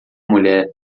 mulher